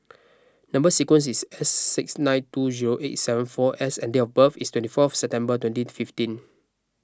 Number Sequence is S six nine two zero eight seven four S and date of birth is twenty fourth September twenty fifteen